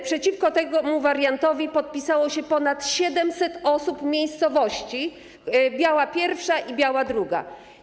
Przeciwko temu wariantowi podpisało się ponad 700 osób z miejscowości Biała Pierwsza i Biała Druga.